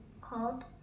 called